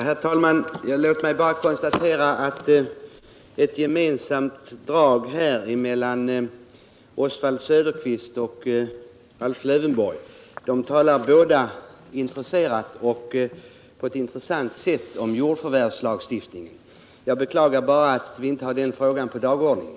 Herr talman! Ett gemensamt drag hos Oswald Söderqvist och Alf Jordbrukspoliti Lövenborg är att båda intresserat och på ett intressant sätt talar om jordken, m.m. förvärvslagstiftningen. Jag beklagar bara att vi inte har den frågan på dagordningen.